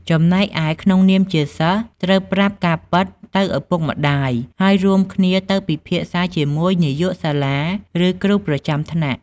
ចំណែកឯ ក្នុងនាមជាសិស្ស ត្រូវប្រាប់ការពិតទៅឪពុកម្តាយ ហើយរួមគ្នាទៅ ពិភាក្សាជាមួយនាយកសាលា ឬគ្រូប្រចាំថ្នាក់។